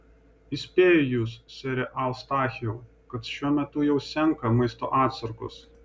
įspėju jus sere eustachijau kad šiuo metu jau senka maisto atsargos